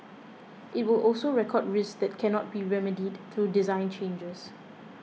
it will also record risks that cannot be remedied through design changes